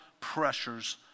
pressures